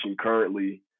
currently